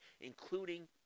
including